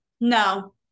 no